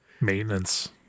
maintenance